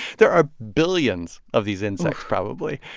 there are billions of these insects probably.